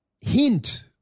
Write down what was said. hint